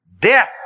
death